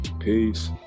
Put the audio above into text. Peace